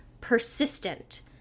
persistent